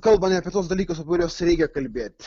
kalbant apie tuos dalykus kuriuos reikia kalbėt